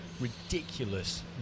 ridiculous